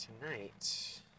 tonight